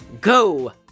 go